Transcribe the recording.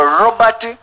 robert